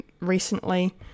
recently